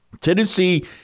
Tennessee